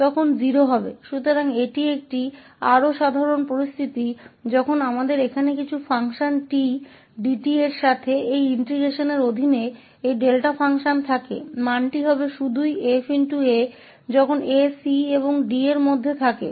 तो यह एक अधिक सामान्य स्थिति है जब हमारे पास यह डेल्टा फ़ंक्शन इस इंटीग्रेशन के तहत यहां कुछ फ़ंक्शन 𝑡 𝑑𝑡 के साथ है तो मान केवल 𝑓 𝑎 होगा जब भी a c और d के बीच झूठ होगा